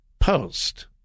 Post